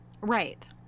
right